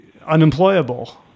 Unemployable